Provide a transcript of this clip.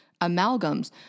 amalgams